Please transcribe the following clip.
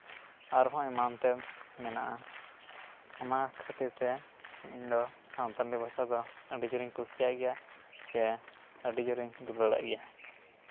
ᱟᱨᱦᱚᱸ ᱮᱢᱟᱱ ᱛᱮᱱ ᱢᱮᱱᱟᱜᱼᱟ ᱚᱱᱟ ᱠᱷᱟᱹᱛᱤᱨ ᱛᱮ ᱤᱧ ᱫᱚ ᱥᱟᱱᱛᱟᱲᱤ ᱵᱷᱟᱥᱟ ᱫᱚ ᱟᱹᱰᱤ ᱡᱳᱨᱤᱧ ᱠᱩᱥᱤᱭᱟᱜ ᱜᱮᱭᱟ ᱥᱮ ᱟᱹᱰᱤ ᱡᱳᱨᱤᱧ ᱫᱩᱞᱟᱹᱲᱟᱜ ᱜᱮᱭᱟ